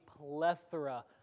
plethora